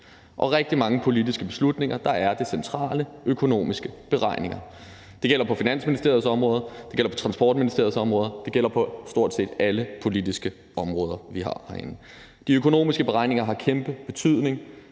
til rigtig mange politiske beslutninger er det centrale økonomiske beregninger. Det gælder på Finansministeriets område, og det gælder på Transportministeriets område, det gælder på stort set alle politiske områder, vi har herinde. De økonomiske beregninger har en kæmpestor betydning